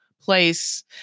place